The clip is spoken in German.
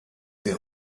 der